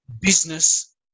business